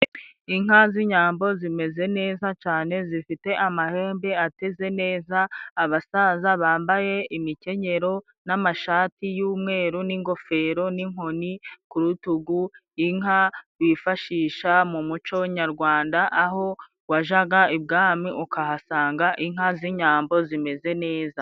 Inka z'inyambo zimeze neza cane zifite amahembe ateze neza abasaza bambaye imikenyero n'amashati y'umweru n'ingofero n'inkoni ku rutugu inka bifashisha mu muco nyarwanda aho wajaga i Bwami ukahasanga inka z'inyambo zimeze neza.